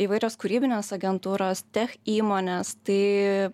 įvairios kūrybinės agentūros tech įmonės tai